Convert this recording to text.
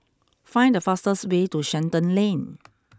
find the fastest way to Shenton Lane